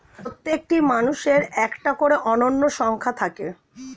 প্রত্যেকটি মানুষের একটা করে অনন্য সংখ্যা থাকে